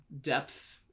depth